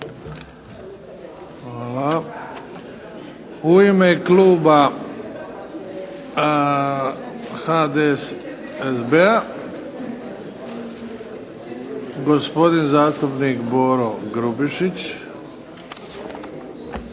Hvala. U ime kluba HDSSB-a, gospodin zastupnik Boro Grubišić.